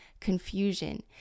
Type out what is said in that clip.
confusion